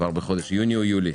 כבר ב-15 ביולי